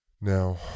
Now